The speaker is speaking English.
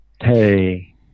hey